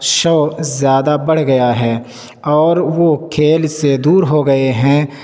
شوق زیادہ بڑھ گیا ہے اور وہ کھیل سے دور ہو گئے ہیں